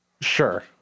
Sure